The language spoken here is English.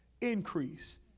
increase